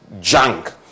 junk